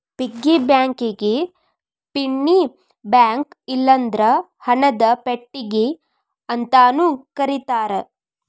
piggy ಬ್ಯಾಂಕಿಗಿ penny bank ಇಲ್ಲಂದ್ರ ಹಣದ ಪೆಟ್ಟಿಗಿ ಅಂತಾನೂ ಕರೇತಾರ